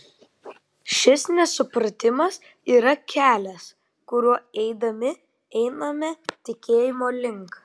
šis nesupratimas yra kelias kuriuo eidami einame tikėjimo link